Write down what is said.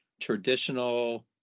traditional